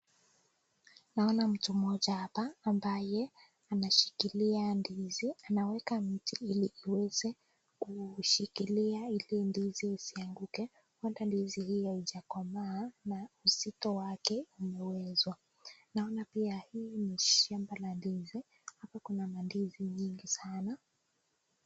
Naona mtu mmoja hapa ambaye anashukilia ndizi, anaweka mti ili uweze kushikilia ili ndizi isianguke , huenda ndizi hii haijakomaa na uzito wake umewezwa. Naona pia hii ni shamba la ndizi hapo kuna mandizi nyingi sana.